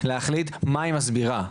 להחליט מה היא מסבירה,